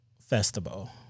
festival